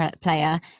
player